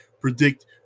predict